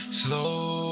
slow